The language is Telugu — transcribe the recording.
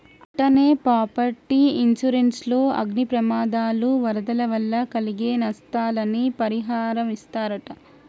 అట్టనే పాపర్టీ ఇన్సురెన్స్ లో అగ్ని ప్రమాదాలు, వరదల వల్ల కలిగే నస్తాలని పరిహారమిస్తరట